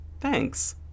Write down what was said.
thanks